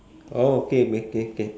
oh okay k k